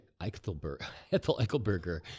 Eichelberger